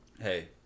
Hey